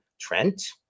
Trent